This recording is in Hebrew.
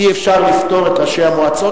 אי-אפשר לפטור את ראשי המועצות,